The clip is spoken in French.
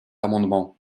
amendement